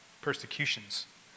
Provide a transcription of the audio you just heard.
persecutions